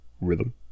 rhythm